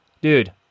dude